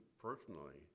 personally